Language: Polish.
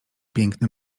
piękny